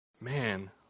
Man